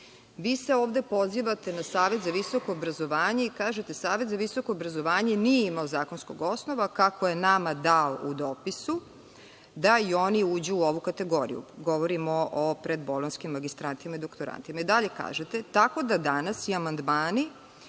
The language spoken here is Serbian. se ovde pozivate na Savet za visoko obrazovanje i kažete: "Savet za visoko obrazovanje nije imao zakonskog osnova, kako je nama dao u dopisu, da i oni uđu u ovu kategoriju". Govorimo o predbolonjskim magistratima i doktorantima. Dalje kažete: "Tako da danas i amandmani